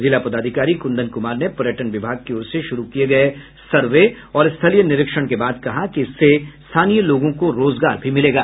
जिला पदाधिकारी कुन्दन कुमार ने पर्यटन विभाग की ओर से शुरू किये गये सर्वे और स्थलीय निरीक्षण के बाद कहा कि इससे स्थानीय लोगों को रोजगार भी मिलेगा